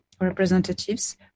representatives